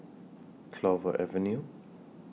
Clover Avenue